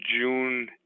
june